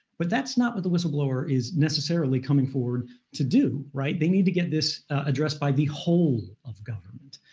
but that's not what the whistleblower is necessarily coming forward to do, right? they need to get this addressed by the whole of government.